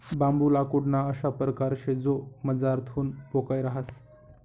बांबू लाकूडना अशा परकार शे जो मझारथून पोकय रहास